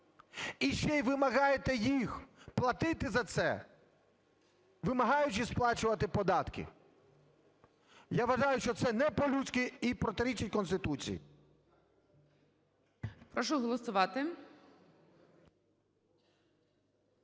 і ще вимагаєте їх платити за це, вимагаючи сплачувати податки. Я вважаю, що це не по-людськи і протирічить Конституції. ГОЛОВУЮЧИЙ. Прошу голосувати.